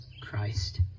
christ